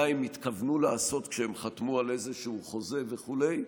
הם התכוונו לעשות כשהם חתמו על איזשהו חוזה וכו'.